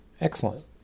Excellent